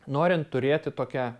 norint turėti tokią